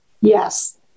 Yes